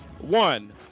One